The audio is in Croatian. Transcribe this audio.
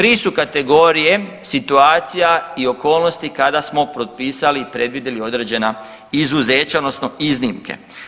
3 su kategorije situacija i okolnosti kada smo potpisati i predvidjeli određena izuzeća, odnosno iznimke.